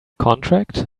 contract